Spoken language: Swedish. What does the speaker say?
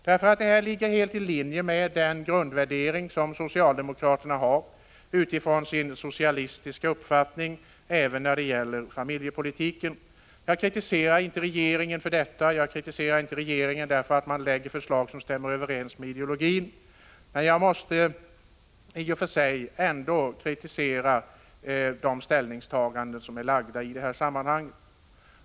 Den ligger nämligen helt i linje med den grundvärdering som socialdemokraterna har utifrån sin socialistiska uppfattning även när det gäller familjepolitiken. Jag kritiserar inte regeringen för att den lägger fram förslag som stämmer överens med den socialdemokratiska ideologin, men jag måste ändå kritisera de ställningstaganden man gjort i detta sammanhang.